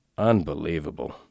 Unbelievable